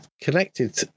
connected